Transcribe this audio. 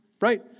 right